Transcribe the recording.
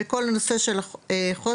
ובכל הנושא של החוסן,